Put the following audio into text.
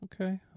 Okay